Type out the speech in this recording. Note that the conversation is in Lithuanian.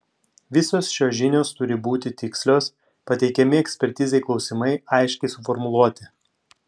visos šios žinios turi būti tikslios pateikiami ekspertizei klausimai aiškiai suformuluoti